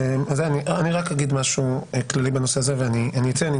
אני רק אגיד משהו כללי בנושא הזה ואני אצא.